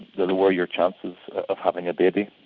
the more your chances of having a baby.